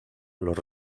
los